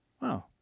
Wow